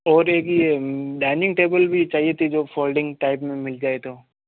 और एक ये डाईनिंग टेबल भी चाहिए थी जो फोलडींग टाइप में मिल जाए तो